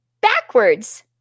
backwards